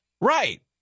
Right